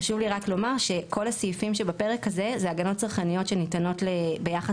חשוב לי רק לומר שכל הסעיפים שבפרק הזה הן הגנות צרכניות שניתנות ביחס